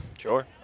Sure